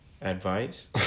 advice